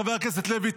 חבר הכנסת לוי,